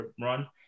run